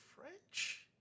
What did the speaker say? French